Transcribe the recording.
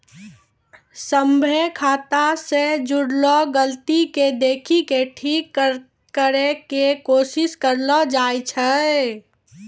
सभ्भे खाता से जुड़लो गलती के देखि के ठीक करै के कोशिश करलो जाय छै